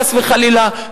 חס וחלילה,